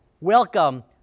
welcome